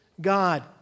God